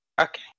okay